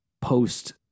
post